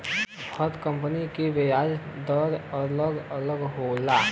हर company के बियाज दर अलग अलग होला